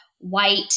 white